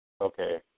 Okay